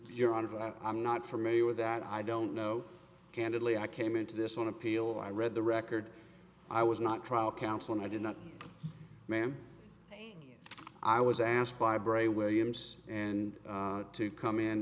you're out of i'm not familiar with that i don't know candidly i came into this on appeal i read the record i was not trial counsel i did not man i was asked by bray williams and to come in